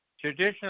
Traditionally